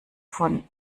von